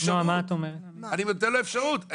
נותן לו אפשרות.